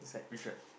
which one